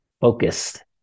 focused